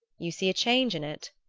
you see a change in it?